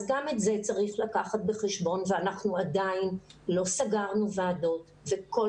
אז גם את זה צריך לקחת בחשבון ואנחנו עדיין לא סגרנו ועדות וכל